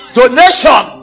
donation